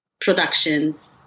productions